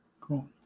cool